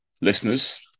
listeners